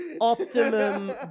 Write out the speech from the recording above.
optimum